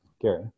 Gary